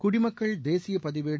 குடிமக்கள் தேசிய பதிவேடு